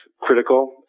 critical